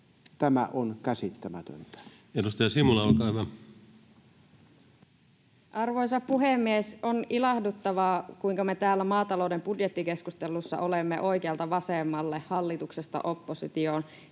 metsätalousministeriön hallinnonala Time: 12:10 Content: Arvoisa puhemies! On ilahduttavaa, kuinka me täällä maatalouden budjettikeskustelussa olemme oikealta vasemmalle, hallituksesta oppositioon